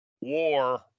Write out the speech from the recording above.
war